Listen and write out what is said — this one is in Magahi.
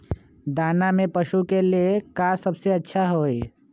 दाना में पशु के ले का सबसे अच्छा होई?